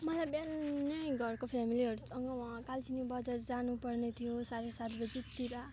मलाई बिहानै घरको फेमिलीहरूसँग वा कालचिनी बजार जानु पर्ने थियो साढे सात बजेतिर